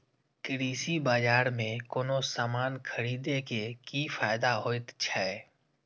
कृषि बाजार में कोनो सामान खरीदे के कि फायदा होयत छै?